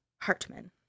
Hartman